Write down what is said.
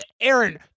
Aaron